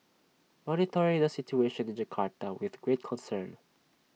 monitoring the situation in Jakarta with great concern